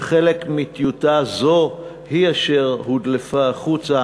שחלק מטיוטה זו הוא אשר הודלף החוצה.